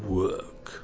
work